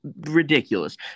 ridiculous